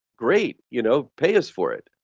great! you know pay us for it.